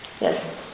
Yes